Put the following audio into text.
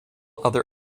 other